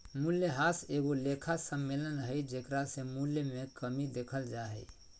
मूल्यह्रास एगो लेखा सम्मेलन हइ जेकरा से मूल्य मे कमी देखल जा हइ